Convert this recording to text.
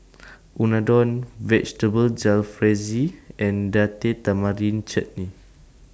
Unadon Vegetable Jalfrezi and Date Tamarind Chutney